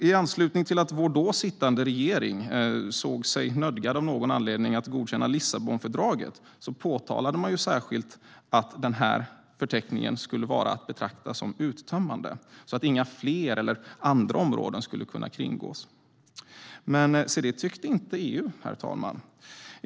I anslutning till att vår då sittande regering av någon anledning såg sig nödgad att godkänna Lissabonfördraget påpekade man särskilt att den förteckningen skulle vara att betrakta som uttömmande, så att inga fler eller andra områden skulle kunna kringgås. Men se det tyckte inte EU, herr talman.